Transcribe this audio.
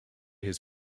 his